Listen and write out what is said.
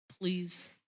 please